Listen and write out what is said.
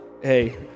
Hey